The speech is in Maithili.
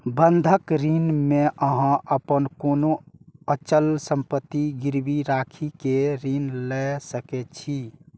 बंधक ऋण मे अहां अपन कोनो अचल संपत्ति गिरवी राखि कें ऋण लए सकै छी